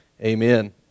amen